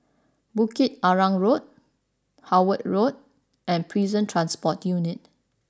Bukit Arang Road Howard Road and Prison Transport Unit